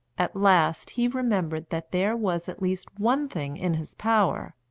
at last he remembered that there was at least one thing in his power.